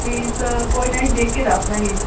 fees ਕੋਈ ਨਾ ਜੀ ਦੇਖ ਕੇ ਦੱਸ ਦਾਂਗੇ ਜੀ